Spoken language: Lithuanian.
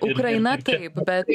ukraina taip bet